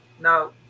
No